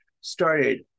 started